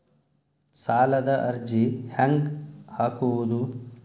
ಸಾಲದ ಅರ್ಜಿ ಹೆಂಗ್ ಹಾಕುವುದು?